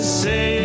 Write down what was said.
say